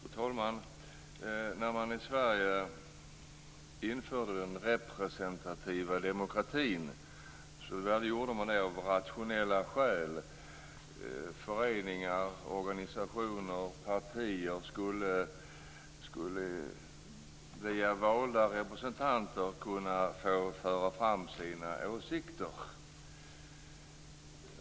Fru talman! När man i Sverige införde den representativa demokratin gjorde man det av rationella skäl. Föreningar, organisationer och partier skulle via valda representanter kunna föra fram sina åsikter.